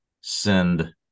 Send